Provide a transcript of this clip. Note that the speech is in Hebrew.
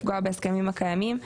לפגוע בהסכמים הקיימים.